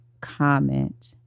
comment